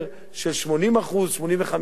של 80% 85%,